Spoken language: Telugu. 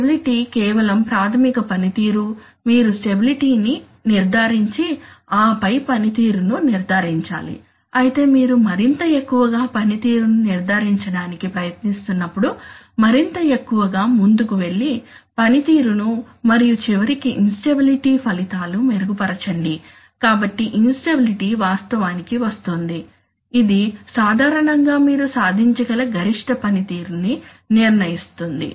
స్టెబిలిటీ కేవలం ప్రాథమిక పనితీరు మీరు స్టెబిలిటీ ని నిర్ధారించి ఆపై పనితీరును నిర్ధారించాలి అయితే మీరు మరింత ఎక్కువగా పనితీరును నిర్దారించడానికి ప్రయత్నిస్తున్నప్పుడు మరింత ఎక్కువగా ముందుకు వెళ్లి పనితీరును మరియు చివరికి ఇన్స్టెబిలిటీ ఫలితాలు మెరుగుపరచండి కాబట్టి ఇన్స్టెబిలిటీ వాస్తవానికి వస్తోంది ఇది సాధారణంగా మీరు సాధించగల గరిష్ట పనితీరును నిర్ణయిస్తుంది